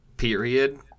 period